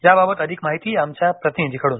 याबाबत अधिक माहिती आमच्या प्रतिनिधीकडून